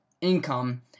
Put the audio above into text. income